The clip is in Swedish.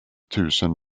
tusen